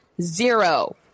zero